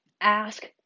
Ask